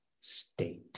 state